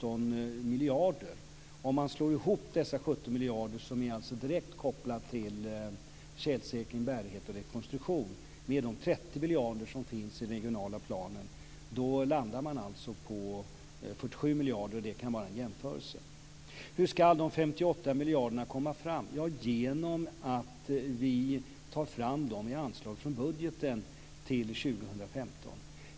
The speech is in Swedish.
Om man slår ihop de 17 miljarder som är direkt kopplade till tjälsäkring, bärighet och rekonstruktion med de 30 miljarder som finns i den regionala planen landar man på 47 miljarder. Det kan vara en jämförelse. Hur ska de 58 miljarderna komma fram? De kommer genom att vi tar fram dem i anslag från budgeten till 2015.